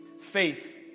faith